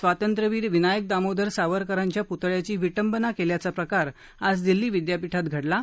स्वातंत्र्यवीर विनायक दामोदर सावरकरांच्या पुतळ्याची विटंबना केल्याचा प्रकार आज दिल्ली विदयापीठात घडला आहे